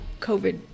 COVID